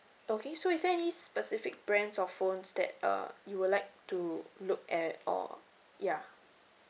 okay so is there any specific brands or phones that uh you would like to look at or ya